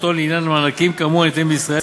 הון לעניין מענקים כאמור הניתנים בישראל.